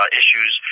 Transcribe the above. issues